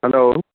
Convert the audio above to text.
hello